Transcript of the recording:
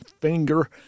Finger